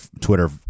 Twitter